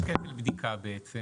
למה יש כפל בדיקה בעצם?